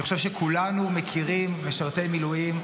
אני חושב שכולנו מכירים משרתי מילואים,